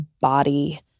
body